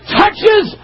touches